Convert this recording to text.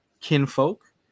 kinfolk